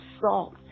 salt